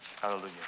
Hallelujah